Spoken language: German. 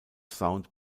sound